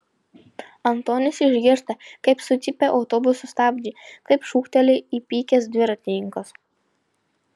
antonis išgirsta kaip sucypia autobuso stabdžiai kaip šūkteli įpykęs dviratininkas